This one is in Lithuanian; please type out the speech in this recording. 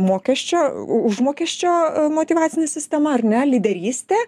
mokesčio užmokesčio motyvacinė sistema ar ne lyderystė